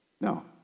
No